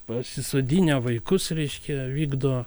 pasisodinę vaikus reiškia vykdo